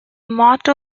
motto